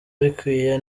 bikwiye